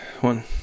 one